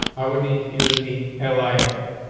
i would need to use the l i um